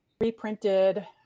reprinted